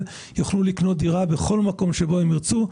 יוכלו לקנות דירה בכל מקום שבו הם ירצו,